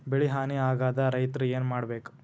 ಬೆಳಿ ಹಾನಿ ಆದಾಗ ರೈತ್ರ ಏನ್ ಮಾಡ್ಬೇಕ್?